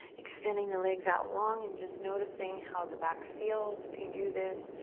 extending the legs out long and just noticing how the back feels if you do this.